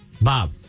Bob